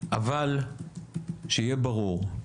אבל שיהיה ברור,